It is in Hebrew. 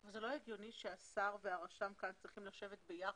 זה לא הגיוני שהשר והרשם כאן צריכים לשבת ביחד?